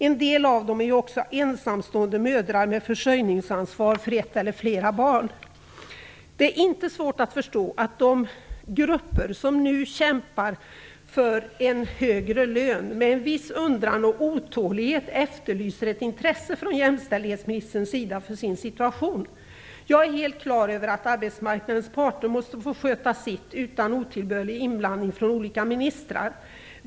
En del av dem är ju också ensamstående mödrar med försörjningsansvar för ett eller flera barn. Det är inte svårt att förstå att de grupper som nu kämpar för en högre lön med viss undran och otålighet efterlyser ett intresse från jämställdhetsministern för sin situation. Jag är helt på det klara med att arbetsmarknadens parter måste få sköta sitt utan otillbörlig inblandning från olika ministrar.